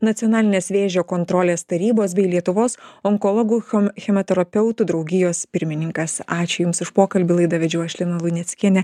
nacionalinės vėžio kontrolės tarybos bei lietuvos onkologų chom chemoterapeuto draugijos pirmininkas ačiū jums už pokalbį laidą vedžiau aš lina luneckienė